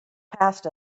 passed